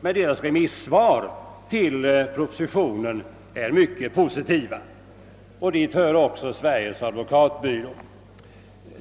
Deras remissvar, liksom Sveriges advokatsamfunds, är mycket positiva.